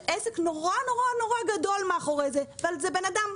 עסק נורא-נורא גדול מאחורי זה אבל זה בן אדם,